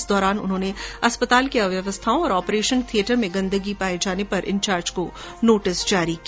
इस दौरान उन्होने अस्पताल की अव्यवस्थाओं और ऑपरेशन थियेटर में गंदगी मिलने पर इंचार्ज को नोटिस जारी किया